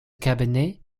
cabinet